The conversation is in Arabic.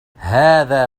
هذا